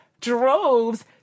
droves